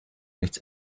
nichts